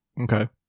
Okay